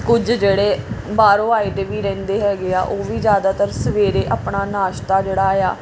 ਕੁਝ ਜਿਹੜੇ ਬਾਹਰੋਂ ਆਏ ਦੇ ਵੀ ਰਹਿੰਦੇ ਹੈਗੇ ਆ ਉਹ ਵੀ ਜ਼ਿਆਦਾਤਰ ਸਵੇਰੇ ਆਪਣਾ ਨਾਸ਼ਤਾ ਜਿਹੜਾ ਆ